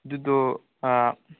ꯑꯗꯨꯗꯣ ꯑꯥ